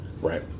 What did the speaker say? Right